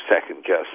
second-guess